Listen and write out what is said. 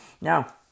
Now